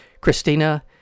Christina